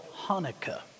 Hanukkah